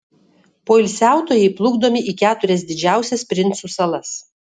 poilsiautojai plukdomi į keturias didžiausias princų salas